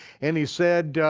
and he said